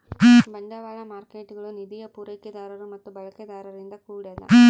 ಬಂಡವಾಳ ಮಾರ್ಕೇಟ್ಗುಳು ನಿಧಿಯ ಪೂರೈಕೆದಾರರು ಮತ್ತು ಬಳಕೆದಾರರಿಂದ ಕೂಡ್ಯದ